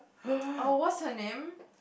oh what's her name